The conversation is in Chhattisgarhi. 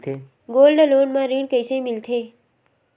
गोल्ड लोन म ऋण कइसे मिलथे?